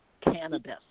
Cannabis